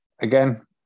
again